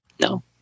No